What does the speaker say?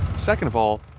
second of all,